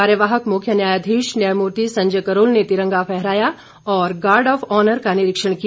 कार्यवाहक मुख्य न्यायाधीश न्यायमूर्ति संजय करोल ने तिरंगा फहराया और गार्ड ऑफ ऑनर का निरीक्षण किया